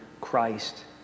Christ